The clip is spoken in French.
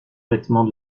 vêtements